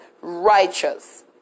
righteous